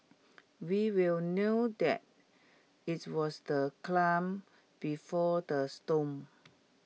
we will knew that its was the clam before the storm